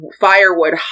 firewood